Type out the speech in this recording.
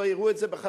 לא יראו את זה בחזרה.